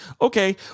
Okay